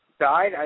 Died